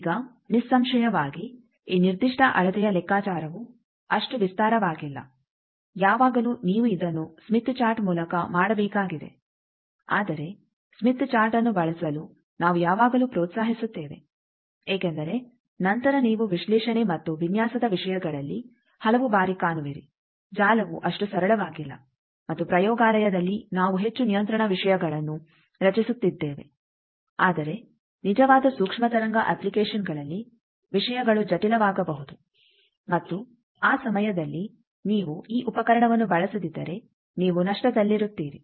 ಈಗ ನಿಸ್ಸಂಶಯವಾಗಿ ಈ ನಿರ್ದಿಷ್ಟ ಅಳತೆಯ ಲೆಕ್ಕಾಚಾರವು ಅಷ್ಟು ವಿಸ್ತಾರವಾಗಿಲ್ಲ ಯಾವಾಗಲೂ ನೀವು ಇದನ್ನು ಸ್ಮಿತ್ ಚಾರ್ಟ್ ಮೂಲಕ ಮಾಡಬೇಕಾಗಿದೆ ಆದರೆ ಸ್ಮಿತ್ ಚಾರ್ಟ್ಅನ್ನು ಬಳಸಲು ನಾವು ಯಾವಾಗಲೂ ಪ್ರೋತ್ಸಾಹಿಸುತ್ತೇವೆ ಏಕೆಂದರೆ ನಂತರ ನೀವು ವಿಶ್ಲೇಷಣೆ ಮತ್ತು ವಿನ್ಯಾಸದ ವಿಷಯಗಳಲ್ಲಿ ಹಲವು ಬಾರಿ ಕಾಣುವಿರಿ ಜಾಲವು ಅಷ್ಟು ಸರಳವಾಗಿಲ್ಲ ಮತ್ತು ಪ್ರಯೋಗಾಲಯದಲ್ಲಿ ನಾವು ಹೆಚ್ಚು ನಿಯಂತ್ರಣ ವಿಷಯಗಳನ್ನು ರಚಿಸುತ್ತಿದ್ದೇವೆ ಆದರೆ ನಿಜವಾದ ಸೂಕ್ಷ್ಮ ತರಂಗ ಅಪ್ಲಿಕೇಷನ್ಗಳಲ್ಲಿ ವಿಷಯಗಳು ಜಟಿಲವಾಗಬಹುದು ಮತ್ತು ಆ ಸಮಯದಲ್ಲಿ ನೀವು ಈ ಉಪಕರಣವನ್ನು ಬಳಸದಿದ್ದರೆ ನೀವು ನಷ್ಟದಲ್ಲಿರುತ್ತೀರಿ